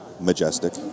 Majestic